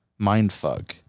mindfuck